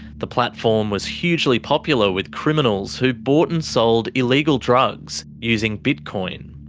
the platform was hugely popular with criminals who bought and sold illegal drugs using bitcoin.